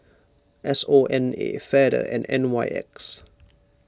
S O N A Feather and N Y X